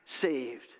saved